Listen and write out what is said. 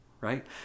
right